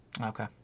okay